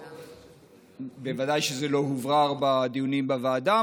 ובוודאי שזה לא הוברר בדיונים בוועדה,